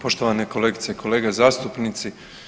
Poštovane kolegice i kolege zastupnici.